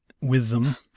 Wisdom